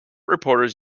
reporters